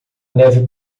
neve